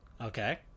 Okay